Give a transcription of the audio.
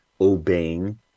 obeying